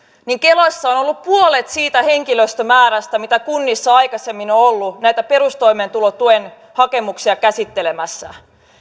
niin kelassa on on ollut puolet siitä henkilöstömäärästä mitä kunnissa on aikaisemmin ollut näitä perustoimeentulotuen hakemuksia käsittelemässä